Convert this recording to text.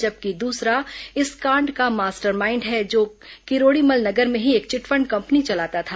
जबकि दूसरा इस कांड का मास्टरमाइंड है जो किरोडीमल नगर में ही एक चिटफंड कंपनी चलाता था